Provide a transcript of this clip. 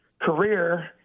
career